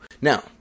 Now